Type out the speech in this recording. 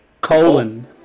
colon